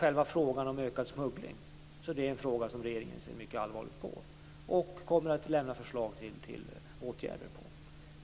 Själva frågan om ökad smuggling ser regeringen mycket allvarligt på och kommer att lägga fram förslag till åtgärder mot.